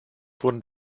wurden